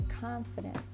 confident